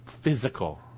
physical